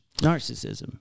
Narcissism